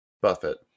Buffett